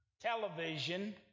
television